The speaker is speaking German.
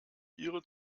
ihre